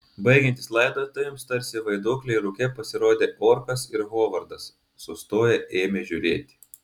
baigiantis laidotuvėms tarsi vaiduokliai rūke pasirodė orkas ir hovardas sustoję ėmė žiūrėti